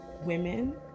women